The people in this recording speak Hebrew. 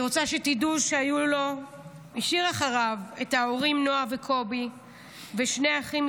אני רוצה שתדעו שהוא השאיר אחריו את ההורים נועה וקובי ושני אחים,